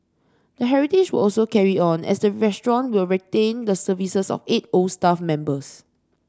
the heritage will also carry on as the restaurant will retain the services of eight old staff members